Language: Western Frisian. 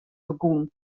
begûn